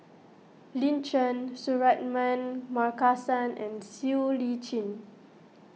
Lin Chen Suratman Markasan and Siow Lee Chin